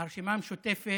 הרשימה המשותפת,